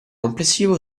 complessivo